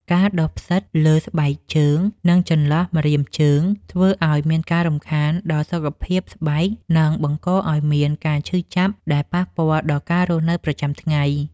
ការដុះផ្សិតលើស្បែកជើង និង ចន្លោះម្រាមជើងធ្វើឱ្យមានការរំខានដល់សុខភាពស្បែក និង បង្កឱ្យមានការឈឺចាប់ដែលប៉ះពាល់ដល់ការរស់នៅប្រចាំថ្ងៃ។